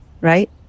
right